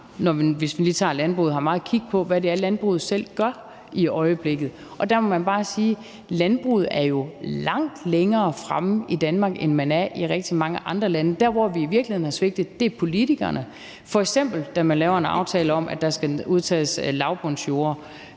hvis vi lige tager landbruget, har meget kig på, hvad det er, landbruget selv gør i øjeblikket, og der må man bare sige, at landbruget jo er langt længere fremme i Danmark, end man er i rigtig mange andre lande. Dem, der i virkeligheden har svigtet, er politikerne, f.eks. da man laver en aftale om, at der skal udtages lavbundsjorder,